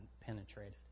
penetrated